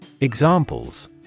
Examples